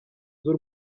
z’u